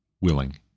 willing